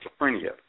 schizophrenia